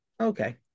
Okay